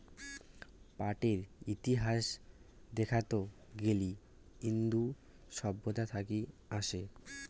পাটের ইতিহাস দেখাত গেলি ইন্দু সভ্যতা থাকি আসে